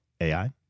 AI